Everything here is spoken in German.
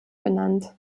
benannt